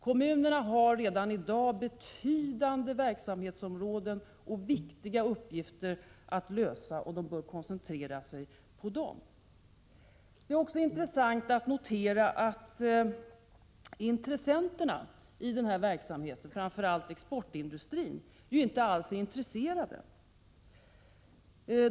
Kommunerna har redan i dag betydande verksamhetsområden och viktiga uppgifter att lösa, och de bör koncentrera sig på dem. Det är också intressant att notera att de som deltar i den här verksamheten, framför allt exportindustrin, inte alls är intresserade.